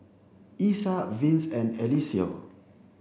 Isaak Vince and Eliseo